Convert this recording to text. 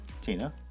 Tina